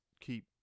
keep